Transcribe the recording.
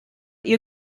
ihr